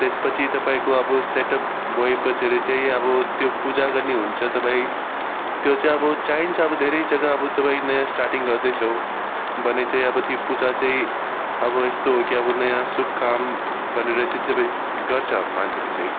त्यसपछि तपाईँको अब सेटअप भएपछाडि चाहिँ अब त्यो पूजा गर्ने हुन्छ तपाईँ त्यो चाहिँ अब चाइन्छ अब धेरै जग्गा अब तपाईँ नयाँ स्टार्टिङ गर्दैछौँ भने चाहिँ अब त्यो पूजा चाहिँ अब यस्तो हो कि अब नयाँ शुभ काम भनेर चाहिँ तपाईँ गर्छ मान्छेले चाहिँ